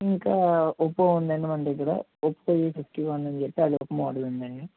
ఇంకా ఒప్పో ఉందండి మన దగ్గర ఒప్పో ఏ ఫిఫ్టీ వన్ అని చెప్పి అదొక మోడల్ ఉందండి